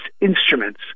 Instruments